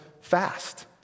fast